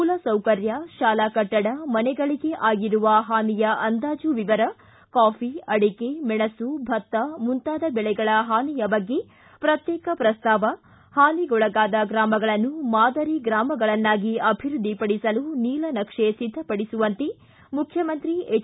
ಮೂಲ ಸೌಕರ್ಯ ಶಾಲಾ ಕಟ್ಟಡ ಮನೆಗಳಿಗೆ ಆಗಿರುವ ಪಾನಿಯ ಅಂದಾಜು ವಿವರ ಕಾಫಿ ಅಡಿಕೆ ಮೆಣಸು ಭತ್ತ ಮುಂತಾದ ಬೆಳೆಗಳ ಹಾನಿಯ ಬಗ್ಗೆ ಪ್ರತೇಕ ಪ್ರಸ್ತಾವ ಹಾನಿಗೊಳಗಾದ ಗ್ರಾಮಗಳನ್ನು ಮಾದರಿ ಗ್ರಾಮಗಳನ್ನಾಗಿ ಅಭಿವ್ಯದ್ದಿ ಪಡಿಸಲು ನೀಲ ನಕ್ಷೆ ಸಿದ್ದ ಪಡಿಸುವಂತೆ ಮುಖ್ಯಮಂತ್ರಿ ಎಚ್